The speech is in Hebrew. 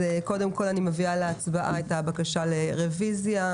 אני מביאה להצבעה את הבקשה לרוויזיה.